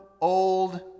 old